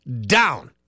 down